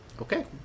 Okay